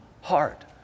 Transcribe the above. heart